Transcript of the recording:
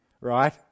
right